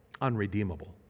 unredeemable